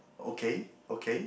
okay okay